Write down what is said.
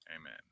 Amen